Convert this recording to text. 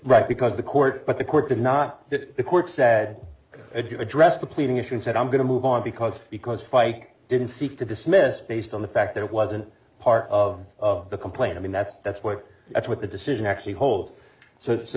right because the court but the court did not get the court said address the pleading issue and said i'm going to move on because because fight didn't seek to dismiss based on the fact that it wasn't part of the complaint i mean that's that's what that's what the decision actually holds so so